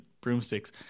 broomsticks